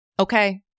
Okay